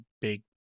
big